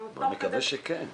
נקווה שכן.